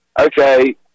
Okay